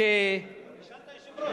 שאל את היושב-ראש,